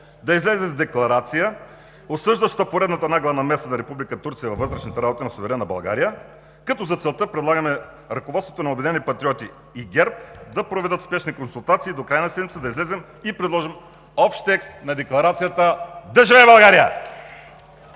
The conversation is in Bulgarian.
да излезе с декларация, осъждаща поредната нагла намеса на Република Турция във вътрешните работи на суверенна България, като за целта предлагаме ръководството на „Обединени патриоти“ и ГЕРБ да проведат спешни консултации и до края на седмицата да излезем и предложим общ текст на декларацията. Да живее България!